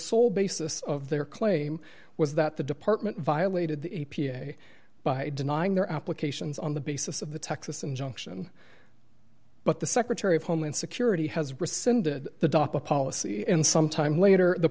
sole basis of their claim was that the department violated the a p a by denying their applications on the basis of the texas injunction but the secretary of homeland security has rescinded the docket policy and some time later the